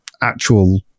actual